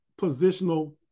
positional